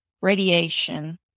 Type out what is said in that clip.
radiation